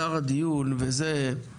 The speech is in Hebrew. הגרף הזה הוא גרף מלפני שבועיים,